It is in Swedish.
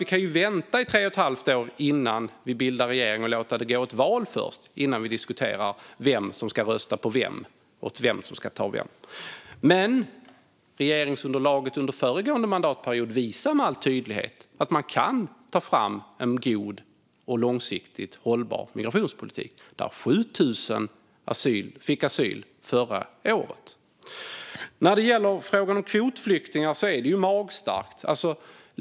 Vi kan ju vänta i tre och ett halvt år innan vi bildar regering och låta det gå ett val först innan vi diskuterar vem som ska rösta på vem och vem som ska ta vem. Regeringsunderlaget under föregående mandatperiod visade med all tydlighet att man kan ta fram en god och långsiktigt hållbar migrationspolitik. Förra året var det 7 000 som fick asyl. Det här med kvotflyktingarna är magstarkt.